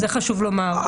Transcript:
זה חשוב לומר,